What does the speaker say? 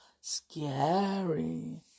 scary